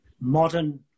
modern